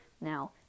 Now